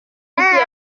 yagiye